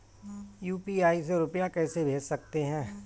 UPI से रुपया कैसे भेज सकते हैं?